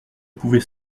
pouvait